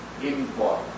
import